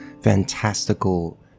fantastical